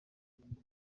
burundu